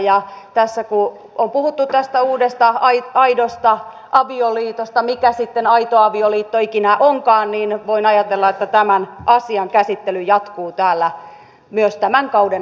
tässä kun on puhuttu tästä uudesta aidosta avioliitosta mikä sitten aito avioliitto ikinä onkaan niin voin ajatella että tämän asian käsittely jatkuu täällä myös tämän kauden ajan